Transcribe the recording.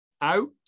out